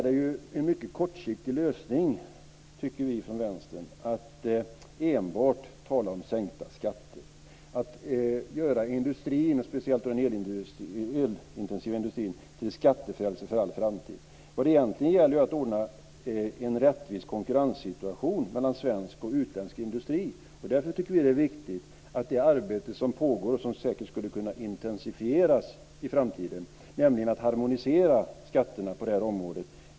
Det är en mycket kortsiktig lösning, tycker vi från Vänstern, att enbart tala om sänkta skatter, att göra industrin, speciellt den elintensiva industrin, till skattefrälse för all framtid. Det gäller egentligen att ordna en rättvis konkurrenssituation mellan svensk och utländsk industri. Därför tycker vi att det är viktigt med det arbete som nu pågår, och som säkert skulle kunna intensifieras i framtiden, med att harmonisera skatterna på det här området.